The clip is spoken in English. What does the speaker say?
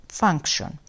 function